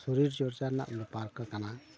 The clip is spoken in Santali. ᱥᱚᱨᱤᱨ ᱪᱚᱨᱪᱟ ᱨᱮᱱᱟᱜ ᱵᱮᱯᱟᱨ ᱠᱚ ᱠᱟᱱᱟ